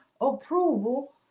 approval